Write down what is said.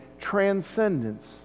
transcendence